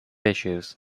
issues